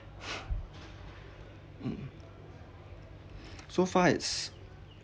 so far it's